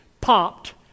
popped